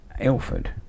Ilford